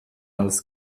als